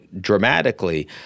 dramatically